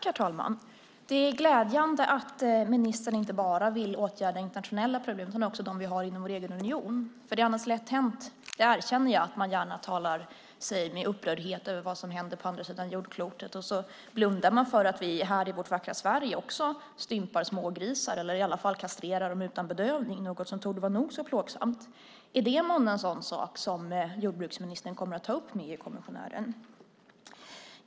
Herr talman! Det är glädjande att ministern inte bara vill åtgärda internationella problem utan också dem vi har inom unionen. Det är annars lätt hänt, det erkänner jag, att man gärna talar upprört över vad som händer på andra sidan jordklotet och blundar för att vi här i vårt vackra Sverige stympar smågrisar eller i alla fall kastrerar dem utan bedövning, något som torde vara nog så plågsamt. Är det månne en sådan sak som jordbruksministern kommer att ta upp med EU-kommissionären?